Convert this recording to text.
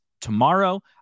tomorrow